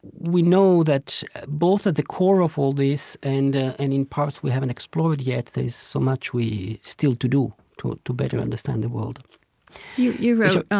we know that both at the core of all this and ah and in parts we haven't explored yet, there is so much still to do, to to better understand the world you you wrote, and,